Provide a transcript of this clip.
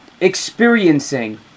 experiencing